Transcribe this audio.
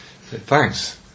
Thanks